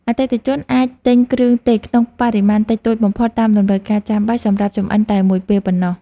អតិថិជនអាចទិញគ្រឿងទេសក្នុងបរិមាណតិចតួចបំផុតតាមតម្រូវការចាំបាច់សម្រាប់ចម្អិនតែមួយពេលប៉ុណ្ណោះ។